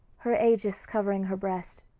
her aegis covering her breast.